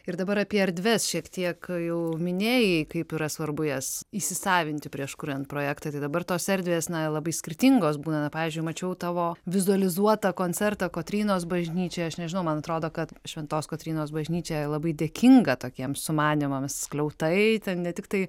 ir dabar apie erdves šiek tiek jau minėjai kaip yra svarbu jas įsisavinti prieš kuriant projektą tai dabar tos erdvės na labai skirtingos būna na pavyzdžiui mačiau tavo vizualizuotą koncertą kotrynos bažnyčioje aš nežinau man atrodo kad šventos kotrynos bažnyčia labai dėkinga tokiems sumanymams skliautai ten ne tiktai